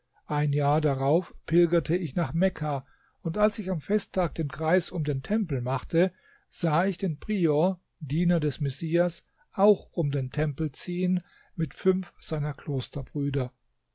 ein jahr darauf pilgerte ich nach mekka und als ich am festtag den kreis um den tempel machte sah ich den prior diener des messias auch um den tempel ziehen mit fünf seiner